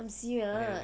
I'm serious